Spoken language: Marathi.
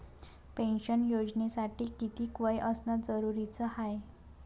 पेन्शन योजनेसाठी कितीक वय असनं जरुरीच हाय?